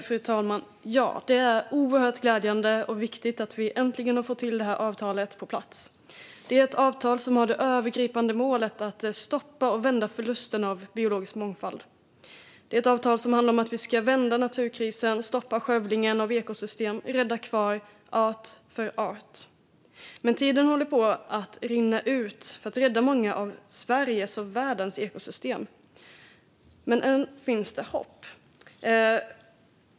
Fru talman! Det är oerhört glädjande och viktigt att vi äntligen har fått det här avtalet på plats, ett avtal som har det övergripande målet att stoppa och vända förlusten av biologisk mångfald och som handlar om att vi ska vända naturkrisen, stoppa skövlingen av ekosystem och rädda kvar art för art. Tiden håller på att rinna ut för att rädda många av Sveriges och världens ekosystem. Men än finns det hopp.